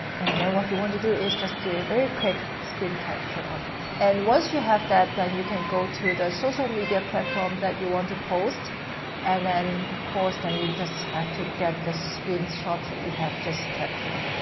and then, what you want to do is just do a very quick screen capture on it and once you have that, then you can go to the social media platform that you want to post and then, of course, then you just have to get the screenshots that you have just captured.